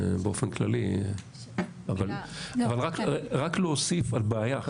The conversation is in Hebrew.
זה באופן כללי, אבל רק להוסיף על בעיה.